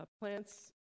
plants